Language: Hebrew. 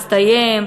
הסתיים,